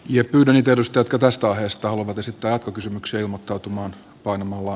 jyrkkyyden perustotuudesta heistä haluavat esittää jatkokysymyksiä ilmottautumaan painamalla